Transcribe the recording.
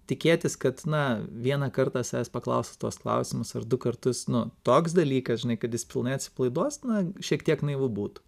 tikėtis kad na vieną kartą savęs paklausus tuos klausimus ar du kartus nu toks dalykas žinai kad jis pilnai atsipalaiduos na šiek tiek naivu būtų